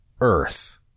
earth